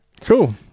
Cool